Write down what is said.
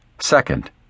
Second